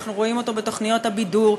אנחנו רואים אותו בתוכניות הבידור,